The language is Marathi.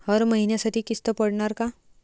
हर महिन्यासाठी किस्त पडनार का?